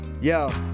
Yo